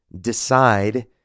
decide